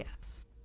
Yes